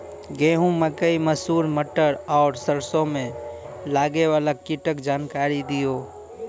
गेहूँ, मकई, मसूर, मटर आर सरसों मे लागै वाला कीटक जानकरी दियो?